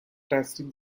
testing